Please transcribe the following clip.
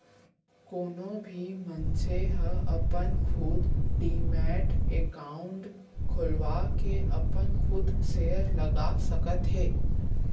कोनो भी मनसे ह अपन खुद डीमैट अकाउंड खोलवाके अपन खुद सेयर लगा सकत हे